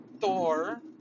Thor